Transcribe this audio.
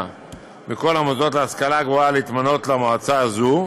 מכל המוסדות להשכלה גבוהה להתמנות למועצה זו,